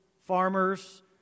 farmers